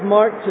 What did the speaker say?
Mark